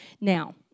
Now